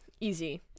Easy